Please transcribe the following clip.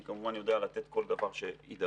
אני כמובן יודע לתת כל דבר שיידרש.